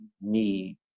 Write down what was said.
need